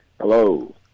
Hello